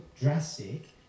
drastic